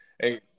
Hey